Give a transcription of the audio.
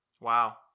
Wow